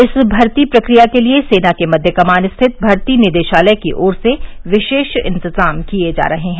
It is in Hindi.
इस भर्ती प्रक्रिया के लिए सेना के मध्य कमान स्थित भर्ती निदेशालय की ओर से विशेष इंतजाम किये जा रहे हैं